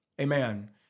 Amen